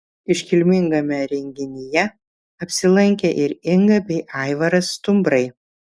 iškilmingame renginyje apsilankė ir inga bei aivaras stumbrai